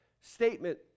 statement